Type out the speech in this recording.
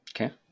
Okay